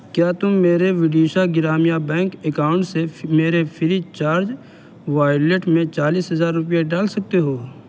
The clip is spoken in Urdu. کیا تم میرے اوڈیشہ گرامیہ بینک اکاؤنٹ سے میرے فری چارج وائیلٹ میں چالیس ہزار روپئے ڈال سکتے ہو